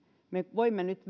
me voimme nyt